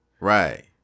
Right